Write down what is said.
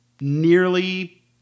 nearly